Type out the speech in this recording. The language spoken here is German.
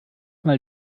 mal